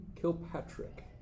Kilpatrick